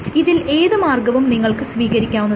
ഇതിൽ ഏത് മാർഗ്ഗവും നിങ്ങൾക്ക് സ്വീകരിക്കാവുന്നതാണ്